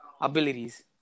abilities